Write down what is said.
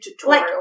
tutorial